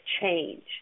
change